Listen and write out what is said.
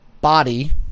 body